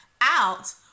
out